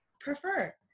prefer